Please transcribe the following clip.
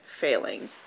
failing